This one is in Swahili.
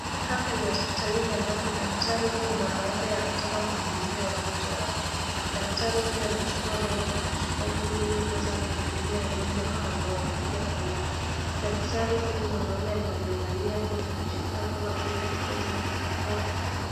Hapa ni hospitalini ambako daktari huyu mwanaume anataka kuwahudumia wagonjwa wake. Daktari huyu anachukua dawa kwenye chupa hii ili kuweza kuwahudumia wagonjwa hao ambao wamepiga foleni. Daktari huyu mwanaume amevalia nguo za kujikinga kama apron na barakoa.